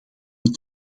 een